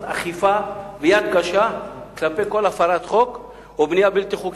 אכיפה ביד קשה כלפי כל הפרת חוק ובנייה בלתי חוקית,